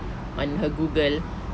on her Google